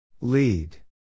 Lead